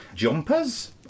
jumpers